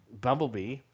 Bumblebee